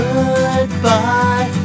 Goodbye